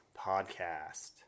Podcast